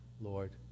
Lord